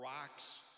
rocks